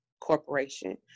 Corporation